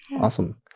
Awesome